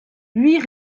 huit